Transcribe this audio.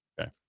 okay